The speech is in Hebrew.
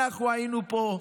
אנחנו היינו פה,